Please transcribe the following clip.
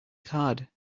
card